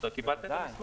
בוודאי.